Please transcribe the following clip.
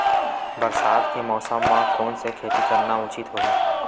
बरसात के मौसम म कोन से खेती करना उचित होही?